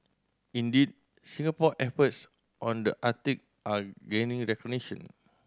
indeed Singapore efforts on the Arctic are gaining recognition